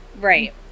Right